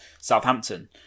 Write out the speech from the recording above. Southampton